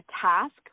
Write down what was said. task